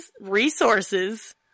Resources